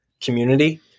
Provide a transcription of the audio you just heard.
community